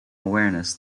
awareness